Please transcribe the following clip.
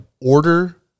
order